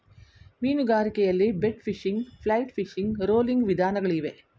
ಮೀನುಗಾರಿಕೆಯಲ್ಲಿ bait fishing, flight fishing, rolling ವಿಧಾನಗಳಿಗವೆ